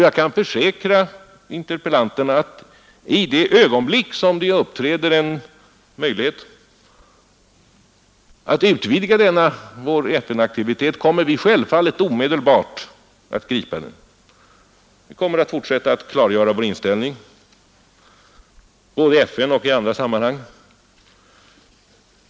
Jag kan försäkra interpellanterna att i det ögonblick det uppträder en möjlighet att utvidga denna vår FN-aktivitet kommer vi självfallet omedelbart att gripa den möjligheten. Vi kommer att fortsätta att klargöra vår inställning både i FN och i andra sammanhang.